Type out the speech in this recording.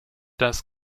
das